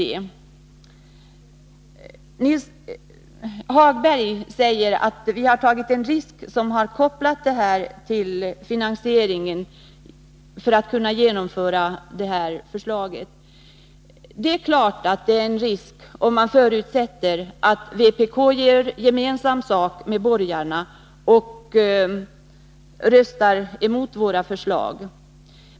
Lars-Ove Hagberg säger att vi har tagit en risk när vi har kopplat finansieringen av förslaget till momshöjningen. Det är klart att det är en risk, om man förutsätter att vpk gör gemensam sak med borgarna och röstar mot våra förslag.